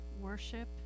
worship